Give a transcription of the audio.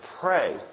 pray